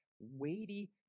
Weighty